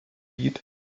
lied